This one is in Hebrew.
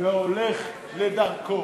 והולך לדרכו.